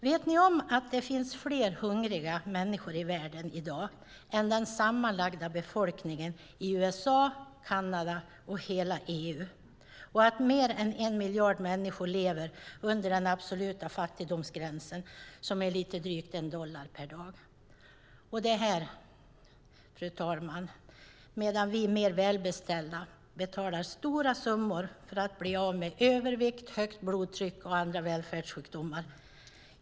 Vet ni att det finns fler hungriga människor i världen i dag än den sammanlagda befolkningen i USA, Kanada och hela EU och att mer än en miljard människor lever under den absoluta fattigdomsgränsen, som är lite drygt en dollar per dag? Och detta sker, fru talman, medan vi mer välbeställda betalar stora summor för att bli av med övervikt, högt blodtryck och andra välfärdssjukdomar.